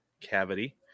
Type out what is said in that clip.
cavity